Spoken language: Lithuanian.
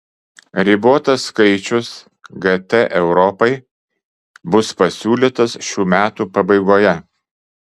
ribotas skaičius gt europai bus pasiūlytas šių metų pabaigoje